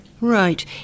Right